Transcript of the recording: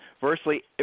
Virtually